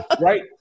right